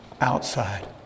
outside